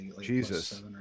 Jesus